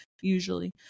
usually